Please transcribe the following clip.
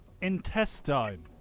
Intestine